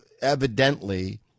evidently